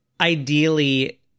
ideally